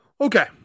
Okay